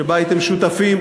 שבה הייתם שותפים,